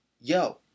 yo